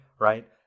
right